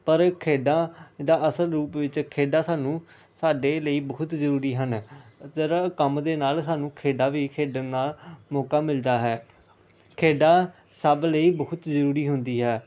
ਪਰ ਖੇਡਾਂ ਦਾ ਅਸਲ ਰੂਪ ਵਿੱਚ ਖੇਡਾਂ ਸਾਨੂੰ ਸਾਡੇ ਲਈ ਬਹੁਤ ਜ਼ਰੂਰੀ ਹਨ ਜਰਾ ਕੰਮ ਦੇ ਨਾਲ ਸਾਨੂੰ ਖੇਡਾਂ ਵੀ ਖੇਡਣ ਨਾਲ ਮੌਕਾ ਮਿਲਦਾ ਹੈ ਖੇਡਾਂ ਸਭ ਲਈ ਬਹੁਤ ਜ਼ਰੂਰੀ ਹੁੰਦੀ ਹੈ